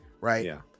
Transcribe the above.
right